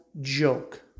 joke